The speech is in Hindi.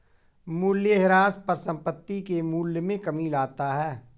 मूलयह्रास परिसंपत्ति के मूल्य में कमी लाता है